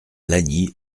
lagny